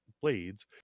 blades